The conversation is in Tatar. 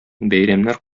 бәйрәмнәр